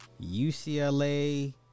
UCLA